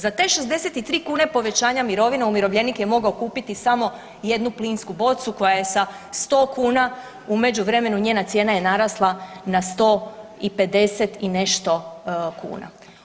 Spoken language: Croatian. Za te 63 kune povećanja mirovine umirovljenik je mogao kupiti samo jednu plinsku bocu koja je sa 100 kuna u međuvremenu njena cijena je narasla na 150 i nešto kuna.